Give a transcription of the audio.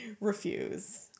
Refuse